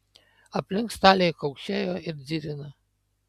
aplink staliai kaukšėjo ir dzirino